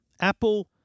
Apple